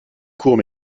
courts